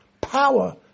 Power